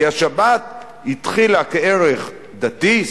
כי השבת התחילה כערך דתי,